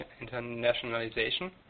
internationalization